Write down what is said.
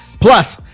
Plus